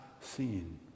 seen